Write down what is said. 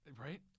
Right